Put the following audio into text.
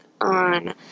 on